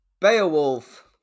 Beowulf